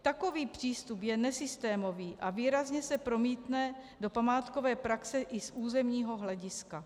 Takový přístup je nesystémový a výrazně se promítne do památkové praxe i z územního hlediska.